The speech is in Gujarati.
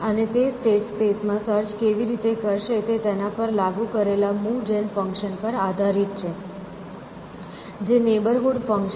અને તે સ્ટેટ સ્પેસ માં સર્ચ કેવી રીતે કરશે તે તેના પર લાગુ કરેલા મૂવ જેન ફંક્શન પર આધારિત છે જે નેબરહૂડ ફંક્શન છે